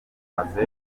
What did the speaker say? bamaze